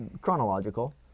chronological